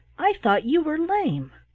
i thought you were lame!